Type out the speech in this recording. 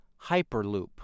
Hyperloop